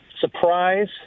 surprise